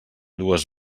dues